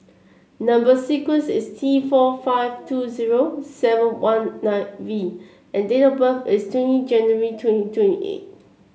number sequence is T four five two zero seven one nine V and date of birth is twenty January twenty twenty eight